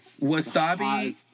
Wasabi